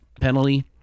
penalty